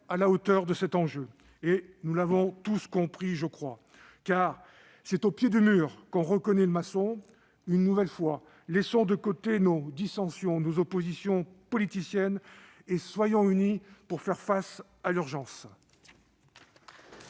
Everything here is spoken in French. à la hauteur de cet enjeu. Je crois que nous l'avons tous compris, car c'est au pied du mur qu'on reconnaît le maçon. Une nouvelle fois, laissons de côté nos dissensions, nos oppositions politiciennes, et soyons unis pour faire face à l'urgence